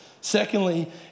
secondly